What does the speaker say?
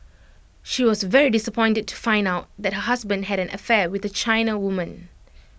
she was very disappointed to find out that her husband had an affair with A China woman